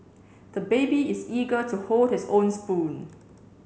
the baby is eager to hold his own spoon